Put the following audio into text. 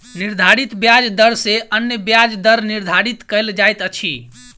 निर्धारित ब्याज दर सॅ अन्य ब्याज दर निर्धारित कयल जाइत अछि